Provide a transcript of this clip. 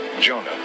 jonah